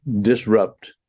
disrupt